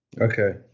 Okay